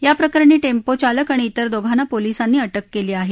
याप्रकरणी टेम्पो चालक आणि तिर दोघांना पोलीसांनी अटक केली आहे